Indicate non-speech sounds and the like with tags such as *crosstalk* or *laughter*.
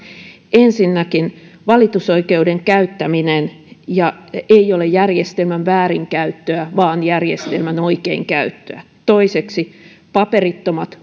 ensinnäkin valitusoikeuden käyttäminen ei ole järjestelmän väärinkäyttöä vaan järjestelmän oikeinkäyttöä toiseksi paperittomat *unintelligible*